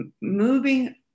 moving